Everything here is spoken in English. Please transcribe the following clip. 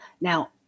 Now